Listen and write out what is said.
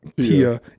Tia